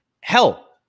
Hell